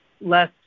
less